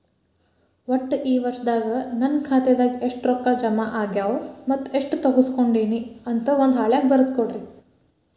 ಒಟ್ಟ ಈ ವರ್ಷದಾಗ ನನ್ನ ಖಾತೆದಾಗ ಎಷ್ಟ ರೊಕ್ಕ ಜಮಾ ಆಗ್ಯಾವ ಮತ್ತ ಎಷ್ಟ ತಗಸ್ಕೊಂಡೇನಿ ಅಂತ ಒಂದ್ ಹಾಳ್ಯಾಗ ಬರದ ಕೊಡ್ರಿ